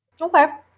Okay